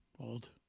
old